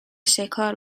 شکار